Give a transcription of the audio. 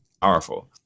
powerful